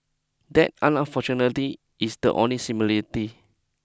that fortunately is the only similarity